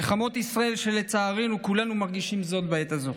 מלחמות ישראל, לצערנו כולנו מרגישים זאת בעת הזאת.